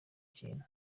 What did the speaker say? kintu